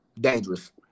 Dangerous